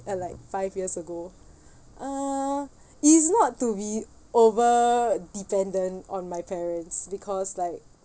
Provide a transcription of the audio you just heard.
and like five years ago uh is not to be over dependent on my parents because like